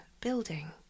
building